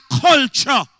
culture